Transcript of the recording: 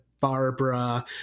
Barbara